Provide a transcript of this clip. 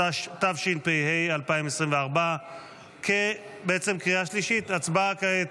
התשפ"ה 2024. הצבעה כעת.